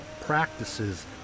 practices